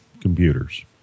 computers